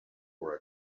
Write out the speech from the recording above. for